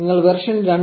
നിങ്ങൾ വേർഷൻ 2